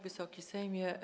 Wysoki Sejmie!